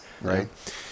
Right